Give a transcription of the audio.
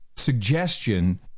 suggestion